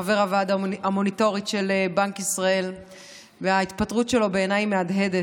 חבר הוועדה המוניטרית של בנק ישראל וההתפטרות שלו בעיניי היא מהדהדת.